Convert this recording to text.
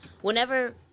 Whenever